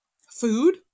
food